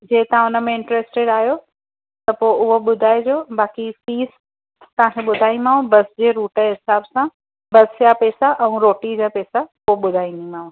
जे तव्हां हुनमें इंट्रस्टिड आहियो त पोइ उहो ॿुधाइजो बाक़ी फीस तव्हांखे ॿुधाई मांव बस जे रुट जे हिसाब सां बस जा पेसा ऐं रोटी जा पेसा पोइ ॿुधाईंदीमांव